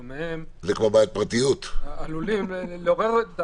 ואם יו"ר הוועדה מוכן לדון בזה,